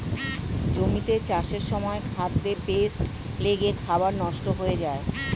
জমিতে চাষের সময় খাদ্যে পেস্ট লেগে খাবার নষ্ট হয়ে যায়